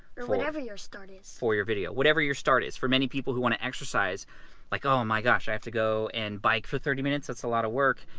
or whatever your start is. for your video, whatever your start is. for many people who wanna exercise like, oh my gosh, i have to go and bike for thirty minutes, that's a lot of work.